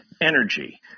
energy